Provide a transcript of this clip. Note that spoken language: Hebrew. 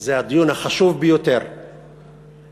זה הדיון החשוב ביותר שנערך,